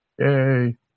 Yay